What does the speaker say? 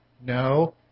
No